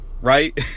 right